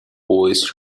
always